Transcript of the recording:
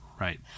right